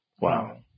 wow